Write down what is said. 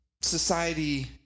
Society